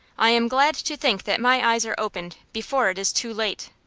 i am glad to think that my eyes are opened before it is too late.